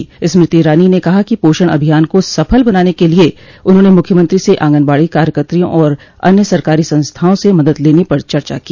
श्रीमती इरानी ने कहा कि पोषण अभियान को सफल बनाने के लिये उन्होंने मुख्यमंत्री से आंगनबाड़ी कार्यकत्रियों और अन्य सरकारी संस्थाओं मदद लेने पर चर्चा की